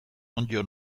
onddo